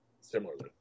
similarly